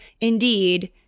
indeed